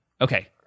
Okay